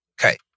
Okay